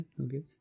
Okay